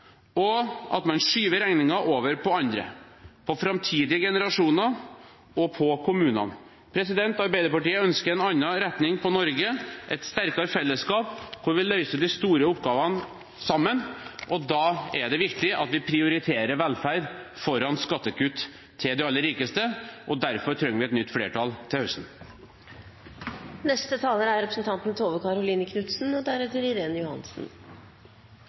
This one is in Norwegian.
framfor velferd. Man skyver regningen over på andre, framtidige generasjoner og på kommunene. Arbeiderpartiet ønsker en annen retning for Norge, et sterkere fellesskap hvor vi løser de store oppgavene sammen. Da er det viktig at vi prioriterer velferd foran skattekutt til de aller rikeste. Derfor trenger vi et nytt flertall til høsten. Den store etterkrigsgenerasjonen går nå inn i pensjonistenes rekker. Mange av oss blir også veldig gamle. Den gode nyheten er